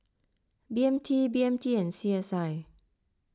B M T B M T and C S I